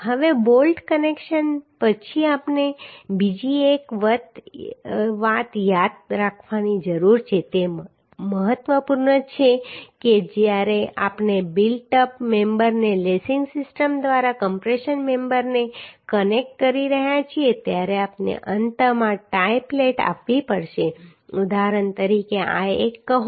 હવે bolt connection પછી આપણે બીજી એક વાત યાદ રાખવાની જરૂર છે જે મહત્વપૂર્ણ છે કે જ્યારે આપણે બિલ્ટ અપ મેમ્બરને લેસિંગ સિસ્ટમ દ્વારા કમ્પ્રેશન મેમ્બરને કનેક્ટ કરી રહ્યા છીએ ત્યારે આપણે અંતમાં ટાઈ પ્લેટ આપવી પડશે ઉદાહરણ તરીકે આ એક કહો